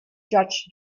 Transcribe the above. judge